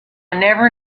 never